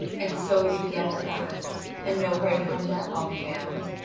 and so you be up at last, and no great harm done, i'll be bound.